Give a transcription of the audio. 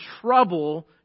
trouble